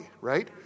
right